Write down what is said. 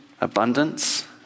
abundance